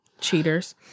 Cheaters